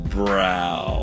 brow